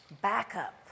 backup